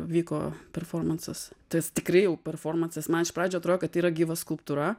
vyko performansas tas tikrai jau performansas man iš pradžių atrodė kad tai yra gyva skulptūra